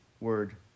word